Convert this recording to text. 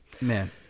man